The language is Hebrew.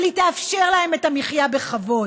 אבל היא תאפשר להם את המחיה בכבוד,